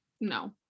No